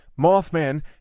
Mothman